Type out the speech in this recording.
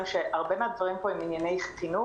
שאמרה שהרבה מן הדברים פה הם ענייני חינוך.